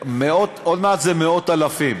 עוד מעט זה מאות אלפים.